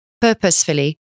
purposefully